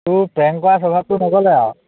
তোৰ প্ৰেংক কৰা স্বভাৱটো নগ'লে আৰু